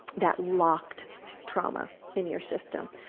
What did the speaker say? that locked trauma in your system.